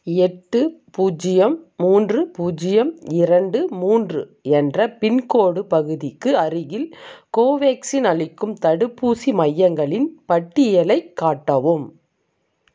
எட்டு பூஜ்ஜியம் மூன்று பூஜ்ஜியம் இரண்டு மூன்று என்ற பின்கோட் பகுதிக்கு அருகில் கோவேக்சின் அளிக்கும் தடுப்பூசி மையங்களின் பட்டியலைக் காட்டவும்